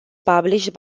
published